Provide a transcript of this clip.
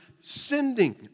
sending